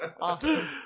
Awesome